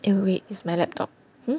eh wait is my laptop hmm